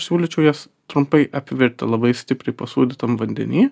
siūlyčiau jas trumpai apvirti labai stipriai pasūdytam vandeny